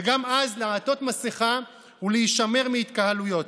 וגם אז לעטות מסכה ולהישמר מהתקהלויות.